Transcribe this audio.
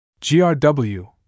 GRW